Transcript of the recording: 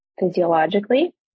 physiologically